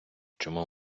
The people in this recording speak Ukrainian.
чому